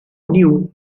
knew